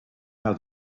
how